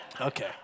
Okay